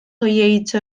gehiegitxo